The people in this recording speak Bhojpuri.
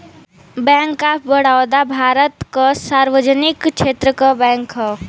बैंक ऑफ बड़ौदा भारत क सार्वजनिक क्षेत्र क बैंक हौ